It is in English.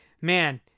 man